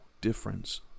difference